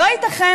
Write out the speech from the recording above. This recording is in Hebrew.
לא ייתכן,